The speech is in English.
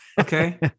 Okay